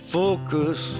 focus